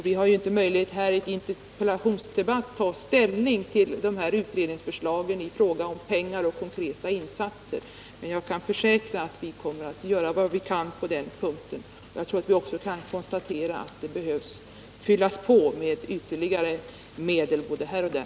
Vi har ju inte möjlighet att i en interpellationsdebatt ta ställning till utredningsförslagen i fråga om pengar och konkreta insatser, men jag kan försäkra att vi kommer att göra vad vi kan på den punkten. Jag tror att vi också kan konstatera att det behöver fyllas på med ytterligare medel både här och där.